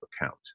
account